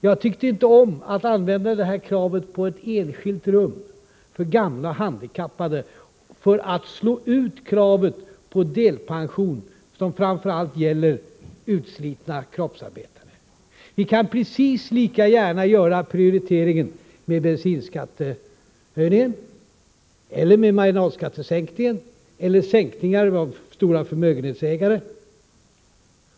Jag tyckte inte om att använda kravet på ett enskilt rum för gamla och handikappade för att slå ut kravet på delpension, som framför allt gäller utslitna kroppsarbetare. Vi kan precis lika gärna göra prioriteringen via bensinskattehöjningen, via marginalskattesänkningen eller via skatten för stora förmögenhetsägare.